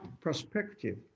perspective